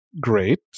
great